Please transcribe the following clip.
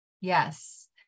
yes